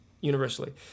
universally